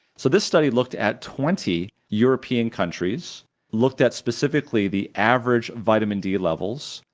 so this study looked at twenty european countries looked at specifically the average vitamin d levels,